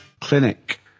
Clinic